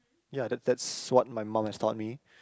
ya that that's what my mum has taught me